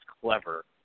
clever